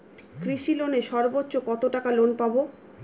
কৃষি লোনে সর্বোচ্চ কত টাকা লোন পাবো?